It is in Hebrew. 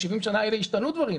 ב-70 השנים האלה השתנו דברים,